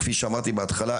כפי שאמרתי בהתחלה,